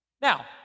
Now